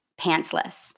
pantsless